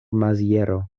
maziero